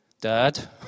Dad